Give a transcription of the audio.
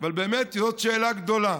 אבל באמת זו שאלה גדולה: